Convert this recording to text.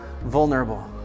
vulnerable